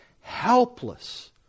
Helpless